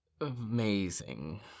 amazing